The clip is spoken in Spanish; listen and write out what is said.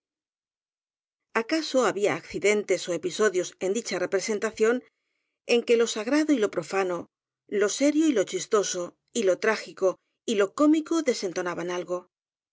acaso había accidentes ó episodios en dicha re presentación en que lo sagrado y lo profano lo serio y lo chistoso y lo trágico y lo cómico desen tonaban algo